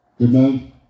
Amen